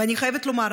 ואני חייבת לומר,